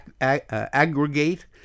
aggregate